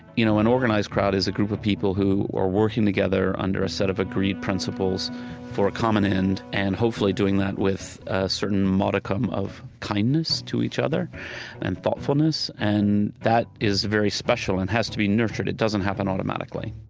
you know an organized crowd is a group of people who are working together under a set of agreed principles for a common end, and hopefully doing that with a certain modicum of kindness to each other and thoughtfulness. and that is very special and has to be nurtured. it doesn't happen automatically